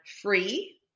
free